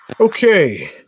okay